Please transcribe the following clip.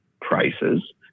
prices